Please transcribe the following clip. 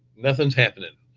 nothing's happening.